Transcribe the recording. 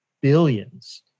billions